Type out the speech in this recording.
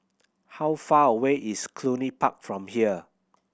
how far away is Cluny Park from here